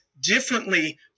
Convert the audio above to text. differently